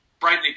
brightly